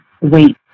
wait